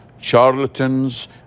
charlatans